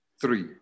three